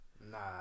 nah